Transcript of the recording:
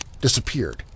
disappeared